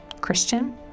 Christian